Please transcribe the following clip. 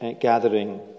gathering